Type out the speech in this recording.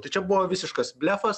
tai čia buvo visiškas blefas